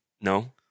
no